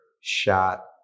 shot